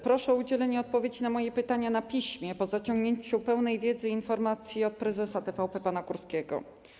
Proszę o udzielenie odpowiedzi na moje pytania na piśmie, po uzyskaniu pełnej wiedzy i informacji od prezesa TVP pana Kurskiego.